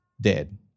dead